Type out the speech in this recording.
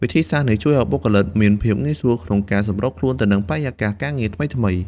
វិធីសាស្រ្តនេះជួយឲ្យបុគ្គលិកមានភាពងាយស្រួលក្នុងការសម្របខ្លួនទៅនឹងបរិយាកាសការងារថ្មីៗ។